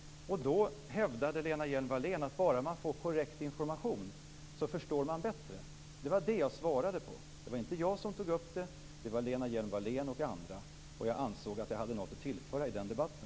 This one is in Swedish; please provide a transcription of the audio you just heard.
Då hävdade Lena Hjelm-Wallén att bara man får korrekt information förstår man bättre. Det var det jag svarade på. Det var inte jag som tog upp det, utan det var Lena Hjelm-Wallén och andra. Jag ansåg att jag hade något att tillföra i den debatten.